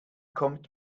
kommt